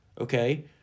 okay